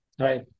Right